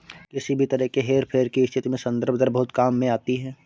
किसी भी तरह के हेरफेर की स्थिति में संदर्भ दर बहुत काम में आती है